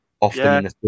Often